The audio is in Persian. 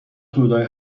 حدودای